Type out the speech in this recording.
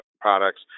products